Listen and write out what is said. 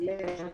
לא.